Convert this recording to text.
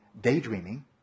daydreaming